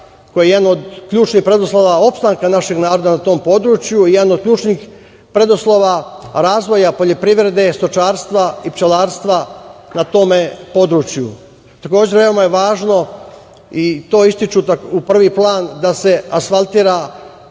koji je jedan od ključnih preduslova opstanka našeg naroda na tom području i jedan od ključnih preduslova razvoja poljoprivrede, stočarstva i pčelarstva na tom području. Takođe, veoma je važno, i to ističem u prvi plan, da se asfaltira